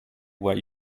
where